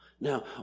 Now